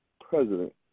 president